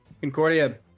Concordia